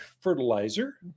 fertilizer